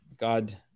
God